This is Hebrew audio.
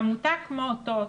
עמותה כמו אותות,